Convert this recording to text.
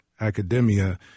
academia